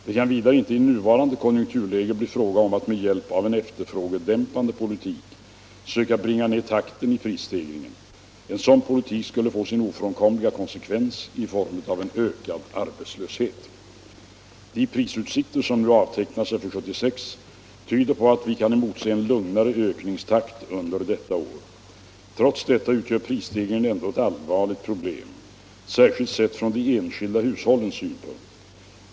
Det kan vidare inte i nuvarande konjunkturläge bli fråga om att med hjälp av en efterfrågedämpande politik söka bringa ner takten i prisstegringen. En sådan 161 politik skulle få sin ofrånkomliga konsekvens i form av en ökad arbetslöshet. De prisutsikter som nu avtecknar sig för 1976 tyder på att vi kan emotse en lugnare ökningstakt under detta år. Trots det utgör prisstegringen ett allvarligt problem, särskilt sett från de enskilda hushållens synpunkt.